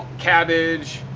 cabbage,